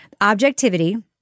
objectivity